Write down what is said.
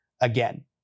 again